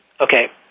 Okay